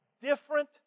different